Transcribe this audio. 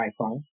iPhone